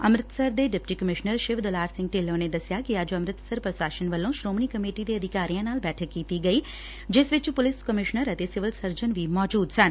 ਅੰਮ਼ੁਤਸਰ ਦੇ deputy commissioner Shiv Dulara Singh Dhillon ਨੇ ਦਸਿਐ ਕਿ ਅੱਜ ਅੰਮ਼ੁਤਸਰ ਪੁਸ਼ਾਸਨ ਵੱਲੋਂ ਸ਼ੁਮਣੀ ਕਮੇਟੀ ਦੇ ਅਧਿਕਾਰੀਆ ਨਾਲ ਬੈਠਕ ਕੀਤੀ ਗਈ ਐ ਜਿਸ ਵਿਚ ਪੁਲਿਸ ਕਮਿਸ਼ਨਰ ਅਤੇ ਸਿਵਲ ਸਰਜਨ ਦੀ ਮੌਚੁਦਾ ਸਨ